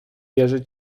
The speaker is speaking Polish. wierzę